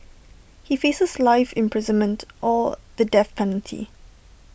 he faces life imprisonment or the death penalty